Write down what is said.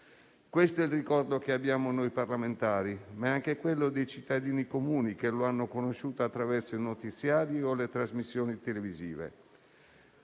Questo è il ricordo che abbiamo noi parlamentari, ma anche quello dei cittadini comuni che lo hanno conosciuto attraverso i notiziari o le trasmissioni televisive.